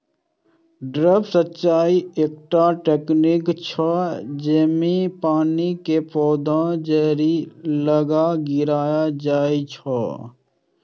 drip सिंचाइ एकटा तकनीक छियै, जेइमे पानि कें पौधाक जड़ि लग गिरायल जाइ छै